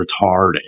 retarded